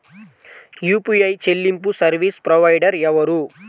UPI చెల్లింపు service provider ఎవరు?